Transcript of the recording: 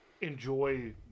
enjoy